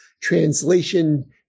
Translation